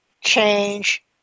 change